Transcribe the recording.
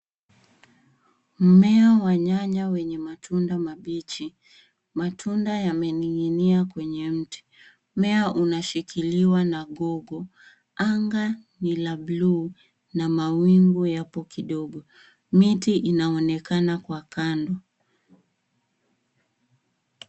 Mmea wa nyanya wenye matunda mabichi. Matunda yamening'inia kwenye mti. Mmea unashikiliwa na gogo. Anga ni la bluu na mawingu yapo kidogo. Miti inaonekana kwa kando.